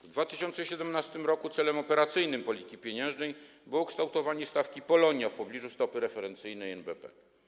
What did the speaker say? W 2017 r. celem operacyjnym polityki pieniężnej było kształtowanie stawki Polonia w pobliżu stopy referencyjnej NBP.